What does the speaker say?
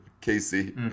Casey